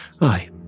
Aye